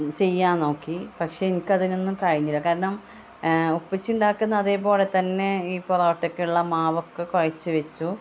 ചെയ്യാൻ നോക്കി പക്ഷെ എനിക്കതിനൊന്നും കഴിഞ്ഞില്ല കാരണം ഉപ്പച്ചി ഉണ്ടാക്കുന്ന അതേ പോലെ തന്നെ ഈ പൊറോട്ടയ്ക്കുള്ള മാവൊക്കെ കുഴച്ച് വെച്ചു